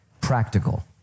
Practical